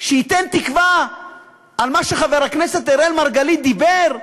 שייתן תקווה במה שחבר הכנסת אראל מרגלית דיבר עליו.